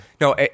no